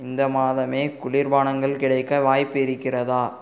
இந்த மாதமே குளிர் பானங்கள் கிடைக்க வாய்ப்பு இருக்கிறதா